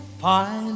pine